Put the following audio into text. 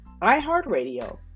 iHeartRadio